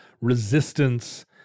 resistance